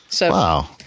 Wow